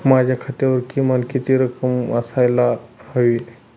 माझ्या खात्यावर किमान किती रक्कम असायला हवी?